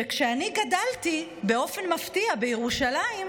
שכשאני גדלתי, באופן מפתיע, בירושלים,